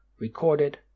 Recorded